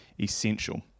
essential